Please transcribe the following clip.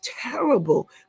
terrible